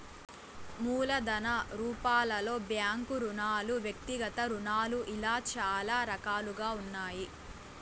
మూలధన రూపాలలో బ్యాంకు రుణాలు వ్యక్తిగత రుణాలు ఇలా చాలా రకాలుగా ఉన్నాయి